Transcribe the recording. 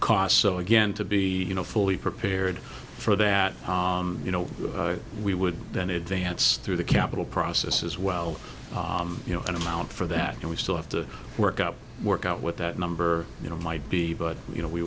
cost so again to be fully prepared for that you know we would then advance through the capital process as well you know an amount for that and we still have to work up work out what that number you know might be but you know we